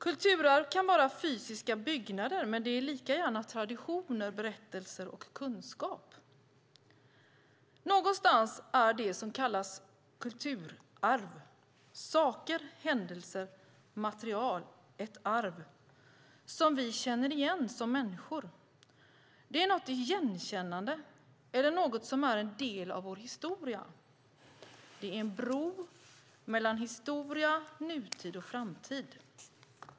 Kulturarv kan vara fysiska byggnader, men det är lika gärna traditioner, berättelser och kunskap. Någonstans är det som kallas kulturarv saker, händelser och material, ett arv, som vi känner igen som människor. Det är något igenkännande eller något som är en del av vår historia. Det är en bro mellan historia, nutid och framtid.